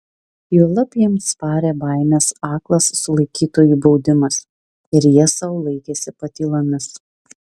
juolab jiems varė baimės aklas sulaikytųjų baudimas ir jie sau laikėsi patylomis